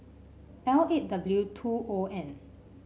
L eight W two O N